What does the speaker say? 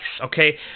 okay